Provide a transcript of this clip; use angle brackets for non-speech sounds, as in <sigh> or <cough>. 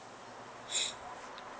<noise>